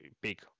big